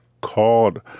called